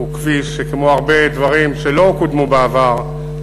הוא כביש שכמו הרבה דברים שלא קודמו בעבר,